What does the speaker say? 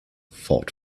fought